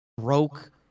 broke